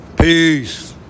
Peace